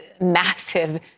massive